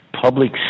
public